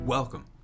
Welcome